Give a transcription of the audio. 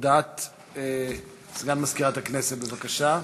הודעת סגן מזכירת הכנסת, בבקשה.